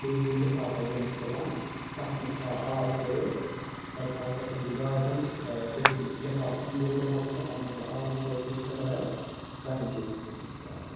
بیٚیہِ چھُس بہٕ لِفاپ اکھ گۄڈنیٚتھ تُلان تَتھ منٛز تھاوان آب ترٛٲیِتھ پَتہٕ تھاو اَسہِ تَتھ سۭتی گاڈٕ چھِ نہ آسان سُہ چھِ ترٛاوا أسۍ تٔتھی لِفاف چھُ آسان بوٚڑ لِفاف چھُ آسان تَتھ منٛز چھِ آسان آب تِکیٛازِ سُہ گژھِ سٔروایِو کَرٕنۍ تیٖتِس ٹایمَس